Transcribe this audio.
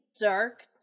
dark